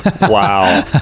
wow